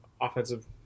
offensive